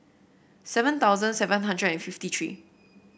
seven thousand seven hundred and fifty three